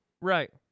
Right